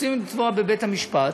רוצים לתבוע בבית-המשפט,